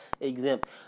exempt